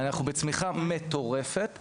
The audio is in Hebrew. אנחנו בצמיחה מטורפת והכול,